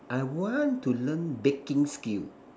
I want to learn baking skill